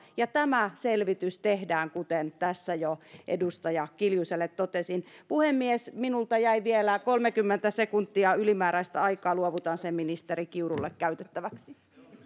ja tämä selvitys tehdään kuten tässä jo edustaja kiljuselle totesin puhemies minulta jäi vielä kolmekymmentä sekuntia ylimääräistä aikaa luovutan sen ministeri kiurulle käytettäväksi